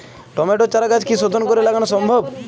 টমেটোর চারাগাছ কি শোধন করে লাগানো সম্ভব?